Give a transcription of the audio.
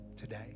today